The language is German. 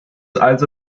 also